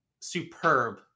superb